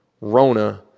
rona